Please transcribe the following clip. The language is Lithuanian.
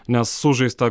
nes sužaista